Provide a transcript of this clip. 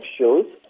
shows